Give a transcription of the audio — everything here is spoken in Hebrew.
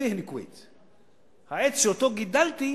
רְבִּיתְ בִּהִ אִנְכְּוִויתְ" העץ שאותו גידלתי,